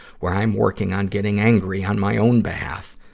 where i'm working on getting angry on my own behalf.